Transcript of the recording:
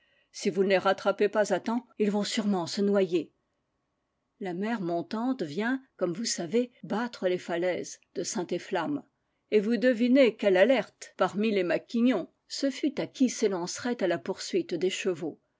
si vous ne les rattrapez à temps ils vont sûrement se noyer la mer montante vient comme vous savez battre les fa laises de saint efflam et vous devinez quelle alerte parmi les maquignons ce fut à qui s'élancerait à la poursuite des chevaux